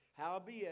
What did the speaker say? howbeit